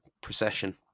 Procession